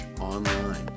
Online